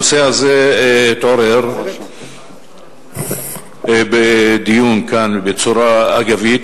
הנושא הזה התעורר אתמול בדיון כאן בצורה אגבית.